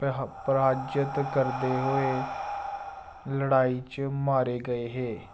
पर पराजत करदे होए लड़ाई च मारे गे हे